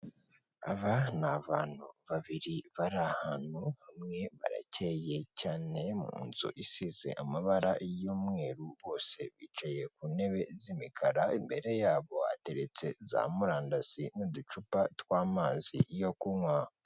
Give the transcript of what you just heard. Aba ni abantu babiri bari ahantu hamwe barakeye cyane mu nzu isize amabara y'umweru, bose bicaye ku ntebe z'imikara, imbere yabo hateretse za murandasi n'uducupa tw'amazi yo kunywa.